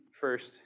first